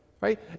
right